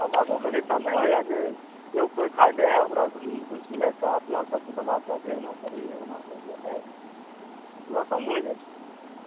समाजोमे एसन नहि हुए जे एगो कोइ खाय लए हइ ओकरा से घूस लैके आ अपना सबके दबाब दैके हे एना कर हे ओना करिए इहो सब नहि हो जाइ छै